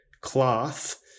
cloth